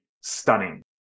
stunning